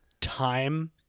time